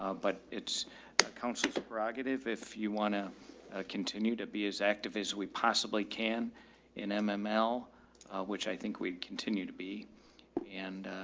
ah but it's council's prerogative if you want to continue to be as active as we possibly can in um ah mml, ah, which i think we'd continue to be and